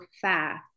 fast